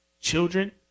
children